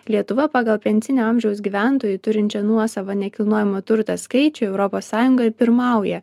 lietuva pagal pensinio amžiaus gyventojų turinčių nuosavą nekilnojamą turtą skaičių europos sąjungoj pirmauja